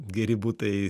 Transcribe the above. geri butai